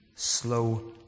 slow